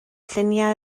lluniau